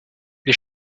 les